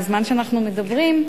בזמן שאנחנו מדברים,